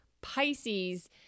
Pisces